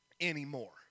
anymore